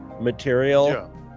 material